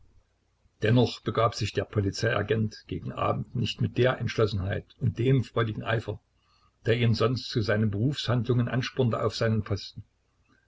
dennoch begab sich der polizeiagent gegen abend nicht mit der entschlossenheit und dem freudigen eifer der ihn sonst zu seinen berufshandlungen anspornte auf seinen posten